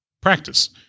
practice